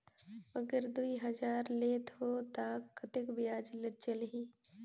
अगर दुई हजार लेत हो ता कतेक ब्याज चलही?